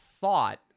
thought